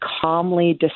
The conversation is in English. calmly